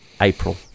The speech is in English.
April